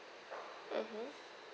mmhmm